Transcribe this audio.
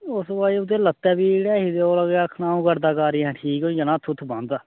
उस भई ओह्दे लत्तै पीड़ ऐ ही ते ओह् आखना ओह् करदा कारी अहें ठीक होई जाना हत्थ हूत्थ बांह्दा